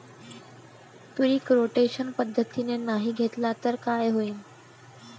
पीक rotation पद्धतीनं नाही घेतलं तर काय होईन?